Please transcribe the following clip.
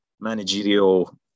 managerial